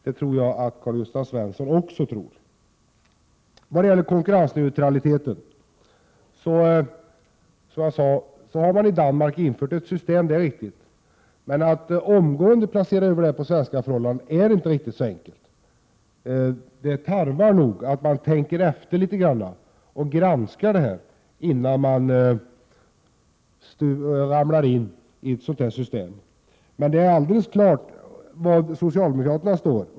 Det tror jag alltså att också Karl-Gösta Svenson tror. Vad gäller konkurrensneutraliteten är det riktigt att ett sådant system har införts i Danmark, men att omgående föra över det till svenska förhållanden är inte så där alldeles enkelt. Det tarvar nog att man gör en ordentlig granskning och tänker efter litet grand innan man ramlar in i ett sådant system. Men det är helt klart var socialdemokraterna står.